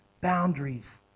boundaries